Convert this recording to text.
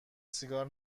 سیگار